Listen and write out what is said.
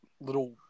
little